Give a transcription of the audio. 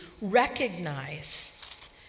recognize